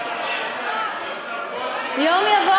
יום יבוא,